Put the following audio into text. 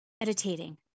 meditating